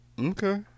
Okay